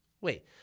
Wait